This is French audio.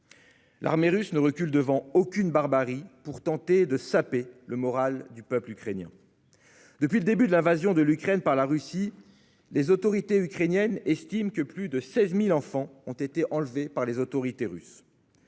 L'armée russe ne recule devant aucune barbarie pour tenter de saper le moral du peuple ukrainien. Depuis le début de l'invasion de l'Ukraine par la Russie, les autorités ukrainiennes estiment que plus de 16 000 enfants ont été enlevés par les autorités russes.